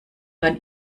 man